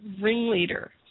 ringleader